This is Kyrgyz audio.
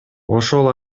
ошол